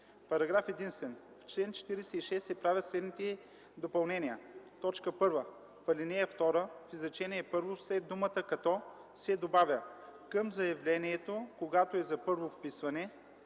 „Параграф единствен: В чл. 46 се правят следните допълнения: 1. В ал. 2, в изречение първо след думата „като” се добавя „към заявлението, когато е за първо вписване”,